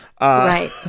Right